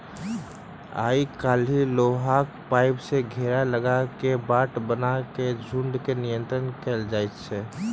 आइ काल्हि लोहाक पाइप सॅ घेरा लगा क बाट बना क झुंड के नियंत्रण कयल जाइत छै